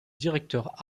directeur